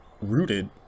rooted